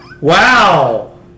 Wow